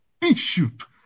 Bishop